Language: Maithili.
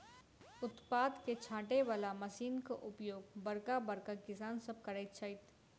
उत्पाद के छाँटय बला मशीनक उपयोग बड़का बड़का किसान सभ करैत छथि